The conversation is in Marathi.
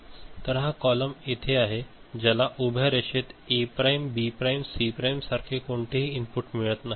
तर हा कॉलम येथे आहेज्याला उभ्या रेषेत A prime B prime C prime सारखे कोणतेही इनपुट मिळत नाही